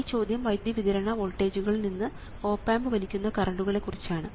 ഈ ചോദ്യം വൈദ്യുതി വിതരണ വോൾട്ടേജുകളിൽ നിന്ന് ഓപ് ആമ്പ് വലിക്കുന്ന കറണ്ടുകളെ കുറിച്ചാണ്